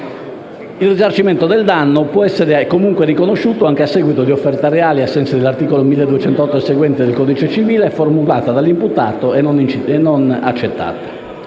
Il risarcimento del danno può essere comunque riconosciuto anche a seguito di offerta reale, ai sensi dell'articolo 1208 e seguenti del codice civile, formulata dall'imputato e non accettata.